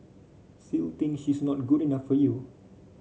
still think she's not good enough for you